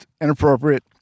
Inappropriate